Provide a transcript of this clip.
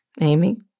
Amy